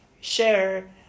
share